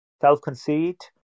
self-conceit